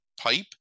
pipe